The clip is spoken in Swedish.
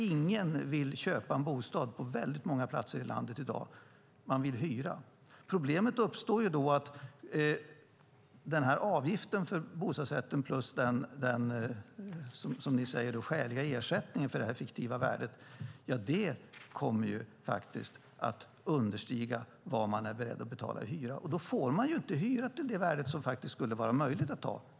På väldigt många platser i landet i dag är det ingen som vill köpa en bostad, utan man vill hyra. Problemet uppstår då att avgiften för bostadsrätten plus den, som ni säger, skäliga ersättningen för det här fiktiva värdet kommer att understiga vad man är beredd att betala i hyra. Då får inte lägenhetsägaren ta ut hyra till det värde som faktiskt skulle vara möjligt.